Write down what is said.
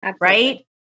Right